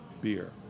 beer